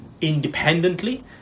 independently